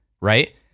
Right